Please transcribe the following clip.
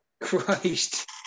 Christ